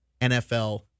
NFL